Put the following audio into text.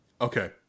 Okay